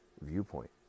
viewpoint